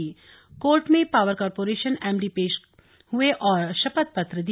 high court में power corporation के MD पेश हुए और शपथपत्र दिया